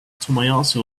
tomoyasu